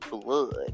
blood